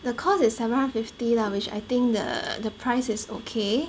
the course is seven hundred and fifty lah which I think the the price is okay